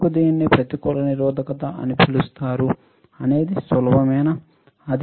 ఎందుకు దీనిని ప్రతికూల నిరోధకత అని పిలుస్తారు అనేది సులభమేనా